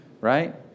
Right